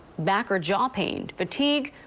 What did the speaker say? back or jaw pain, fatigue,